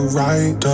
right